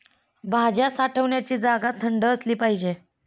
भाज्या साठवण्याची जागा थंड असली पाहिजे